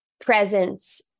presence